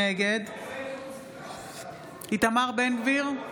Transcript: נגד איתמר בן גביר,